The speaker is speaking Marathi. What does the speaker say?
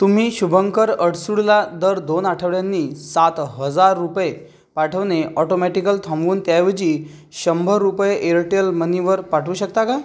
तुम्ही शुभंकर अडसूडला दर दोन आठवड्यांनी सात हजार रुपये पाठवणे ऑटोमॅटिकल थांबवून त्याऐवजी शंभर रुपये एअरटेल मनीवर पाठवू शकता का